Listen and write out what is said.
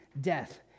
death